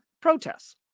protests